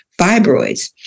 fibroids